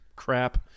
crap